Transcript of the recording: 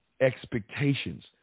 expectations